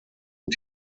und